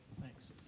Thanks